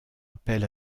appel